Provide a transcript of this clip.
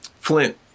Flint